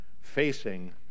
facing